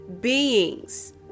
beings